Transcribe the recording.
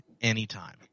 anytime